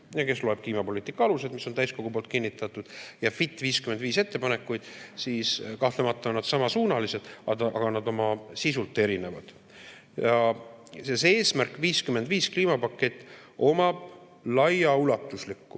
Ja kui lugeda kliimapoliitika aluseid, mis on täiskogu poolt kinnitatud, ja "Fit 55" ettepanekuid, siis kahtlemata on nad samasuunalised, aga oma sisult nad erinevad. Ja see "Eesmärk 55" kliimapakett omab laiaulatuslikku